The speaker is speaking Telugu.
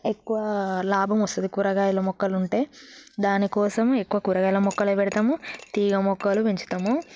ఎక్కువ లాభం వస్తుంది కూరగాయల మొక్కలు ఉంటే దానికోసం ఎక్కువ కూరగాయల మొక్కలే పెడతాము తీగ మొక్కలు పెంచుతాము